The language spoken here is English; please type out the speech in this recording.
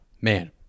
man